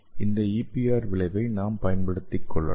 இந்த ஈபிஆர் விளைவை நாம் பயன்படுத்திக் கொள்ளலாம்